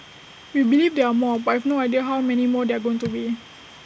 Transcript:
we believe there are more but I have no idea how many more there are going to be